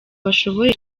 bashoboye